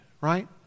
right